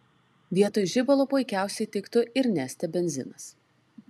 vietoj žibalo puikiausiai tiktų ir neste benzinas